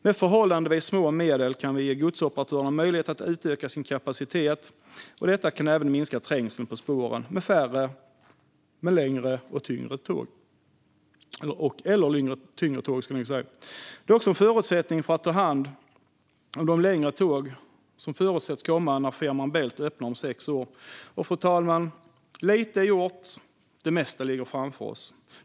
Med förhållandevis små medel kan vi ge godsoperatörerna möjlighet att utöka sin kapacitet. Detta kan även minska trängseln på spåren i och med att det blir färre men längre eller tyngre tåg. Det är också en förutsättning för att ta hand om de längre tåg som förutsätts komma när Fehmarn Bält öppnar om sex år. Fru talman! Lite är gjort, men det mesta ligger framför oss.